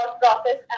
process